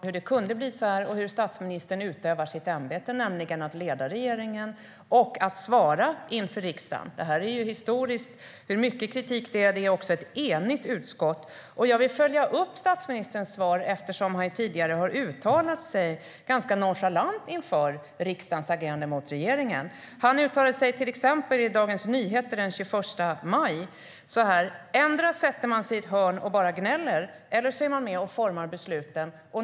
Herr talman! Ta del av, lovade statsministern. Men min fråga handlade om hur det kunde bli så här och hur statsministern utövar sitt ämbete, nämligen att leda regeringen och att svara inför riksdagen. Det är historiskt hur mycket kritik det är. Det är också ett enigt utskott. Jag vill följa upp statsministerns svar, eftersom han tidigare har uttalat sig ganska nonchalant inför riksdagens agerande mot regeringen. Han uttalade sig till exempel i Dagens Nyheter den 21 maj: "Endera sätter man sig i ett hörn och bara gnäller eller så är man med och formar besluten."